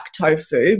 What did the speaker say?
tofu